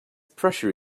pressure